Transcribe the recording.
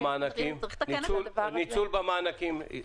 מה עם ניצול מענקים?